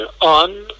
on